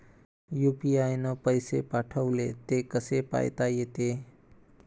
UPI न पैसे पाठवले, ते कसे पायता येते?